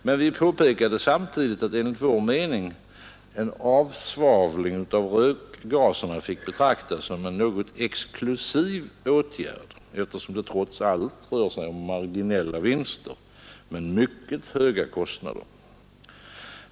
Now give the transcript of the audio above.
Men vi påpekade samtidigt att, enligt vår mening, en avsvavling av rökgaserna finge Nr 79 betraktas som en något exklusiv åtgärd, eftersom det trots allt rör sig om Tisdagen den marginella vinster men mycket höga kostnader.